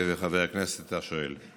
חבר הכנסת השואל,